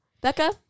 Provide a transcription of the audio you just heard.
Becca